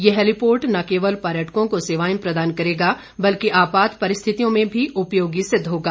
यह हैलीपोर्ट न केवल पर्यटकों को सेवाएं प्रदान करेगा बल्कि आपात परिस्थितियों में भी उपयोगी सिद्ध होगा